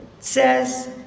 says